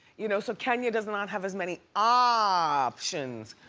you know so kenya does not have as many ah options